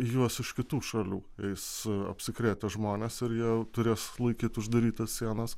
juos iš kitų šalių eis apsikrėtę žmonės ar jie jau turės laikyt uždarytas sienas